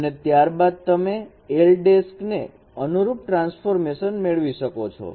અને ત્યારબાદ તમે l ને અનુરૂપ ટ્રાન્સફોર્મેશન મેળવી શકો છો